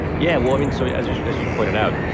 yeah. well, i mean so yeah as you as you pointed out, you